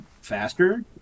faster